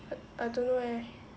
I I don't know eh